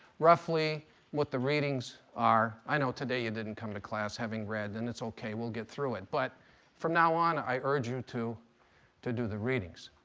roughly what the readings are. i know today you didn't come to class having read. and it's ok, we'll get through it. but from now on i urge you to to do the readings.